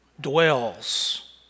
dwells